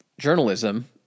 journalism